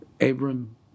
Abram